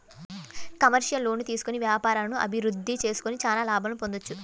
commercial లోన్లు తీసుకొని వ్యాపారాలను అభిరుద్ధి చేసుకొని చానా లాభాలను పొందొచ్చు